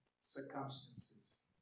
circumstances